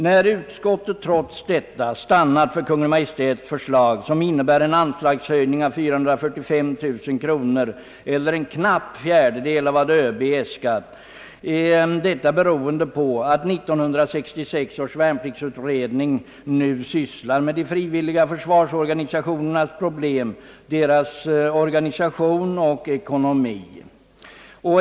När utskottet trots detta stannat för Kungl. Maj:ts förslag, som innebär en anslagshöjning med 445 000 kronor, eller en knapp fjärdedel av vad ÖB äskat, beror detta på att 1966 års värnpliktsutredning nu sysslar med de frivilliga försvarsorganisationernas problem, deras organisation och ekonomi.